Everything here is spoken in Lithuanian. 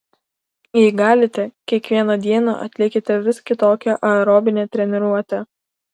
jei galite kiekvieną dieną atlikite vis kitokią aerobinę treniruotę